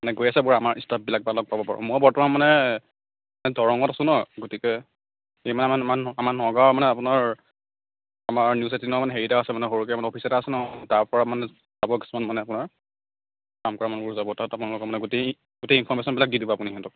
মানে গৈ আছে বাৰু আমাৰ ষ্টাফবিলাক হ'ব বাৰু মই বৰ্তমান মানে দৰঙত আছোঁ ন গতিকে কেমেৰামেন আমাৰ নগাঁৱৰ মানে আপোনাৰ আমাৰ নিউজ এইটিনৰ মানে হেৰি এটা আছে আপোনাৰ সৰুকৈ মানে অফিচ এটা আছে ন তাত তাৰ পৰা কিছুমান মানে আপোনাৰ কাম কৰা মানুহ যাব তাত আপোনালোকৰ মানে গোটেই গোটেই ইনফৰমেশ্য়নবিলাক দি দিব আপুনি সিহঁতক